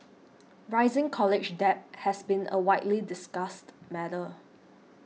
rising college debt has been a widely discussed matter